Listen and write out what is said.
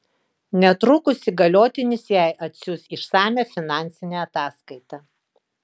netrukus įgaliotinis jai atsiųs išsamią finansinę ataskaitą